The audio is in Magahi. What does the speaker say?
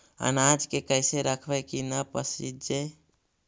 अनाज के कैसे रखबै कि न पसिजै?